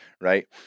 Right